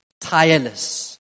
tireless